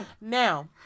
Now